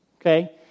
okay